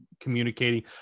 communicating